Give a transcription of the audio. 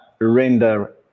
Render